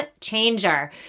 changer